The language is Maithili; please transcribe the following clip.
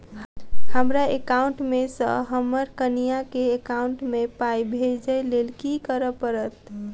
हमरा एकाउंट मे सऽ हम्मर कनिया केँ एकाउंट मै पाई भेजइ लेल की करऽ पड़त?